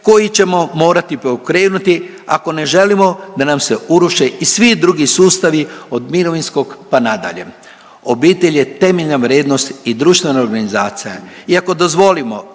koji ćemo morati preokrenuti ako ne želimo da nam se uruše i svi drugi sustavi od mirovinskog pa nadalje. Obitelj je temeljna vrijednost i društvena organizacija i ako dozvolimo